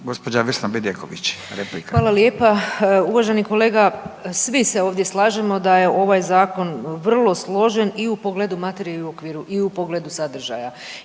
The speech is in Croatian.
replika. **Bedeković, Vesna (HDZ)** Hvala lijepa. Uvaženi kolega, svi se ovdje slažemo da je ovaj zakon vrlo složen i u pogledu materije i u okviru, i u pogledu sadržaja